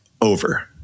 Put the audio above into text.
over